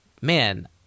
man